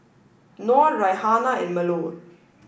nor Raihana and Melur